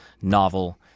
novel